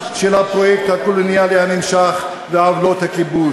חבר הכנסת דנון, אני קורא אותך לסדר בפעם השנייה.